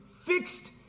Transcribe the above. fixed